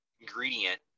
ingredient